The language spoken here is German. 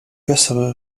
bessere